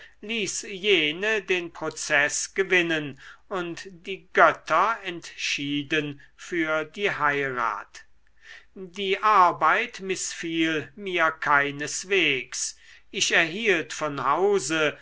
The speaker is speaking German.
jene den prozeß gewinnen und die götter entschieden für die heirat die arbeit mißfiel mir keineswegs ich erhielt von hause